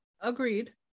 Agreed